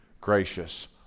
gracious